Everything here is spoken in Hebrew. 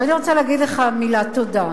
אבל אני רוצה להגיד לך מילת תודה.